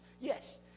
Yes